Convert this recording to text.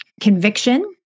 conviction